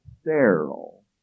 sterile